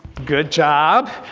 good job,